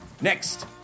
next